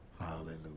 Hallelujah